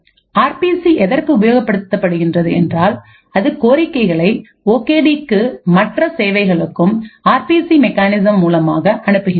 R B C எதற்கு உபயோகப்படுகிறது என்றால் அது கோரிக்கைகளை ஓகே டிக்கும் மற்ற சேவைகளுக்கும் ஆர் பி சி மெக்கானிசம் மூலமாக அனுப்புகிறது